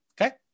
Okay